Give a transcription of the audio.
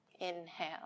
Inhale